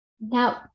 Now